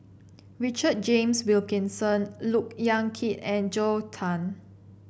Richard James Wilkinson Look Yan Kit and Zhou Can